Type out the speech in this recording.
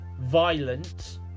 violent